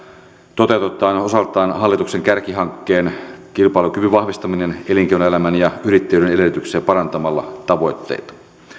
toteutetaan osaltaan hallituksen kärkihankkeen kilpailukyvyn vahvistaminen elinkeinoelämän ja yrittäjyyden edellytyksiä parantamalla tavoitteita